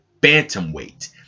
bantamweight